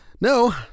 no